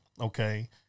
okay